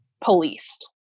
policed